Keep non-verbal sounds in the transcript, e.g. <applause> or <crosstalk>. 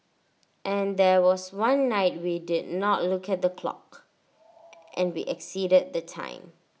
and there was one night we did not look at the clock <noise> and we exceeded the time